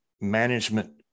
management